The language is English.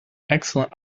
excellent